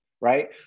right